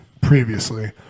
previously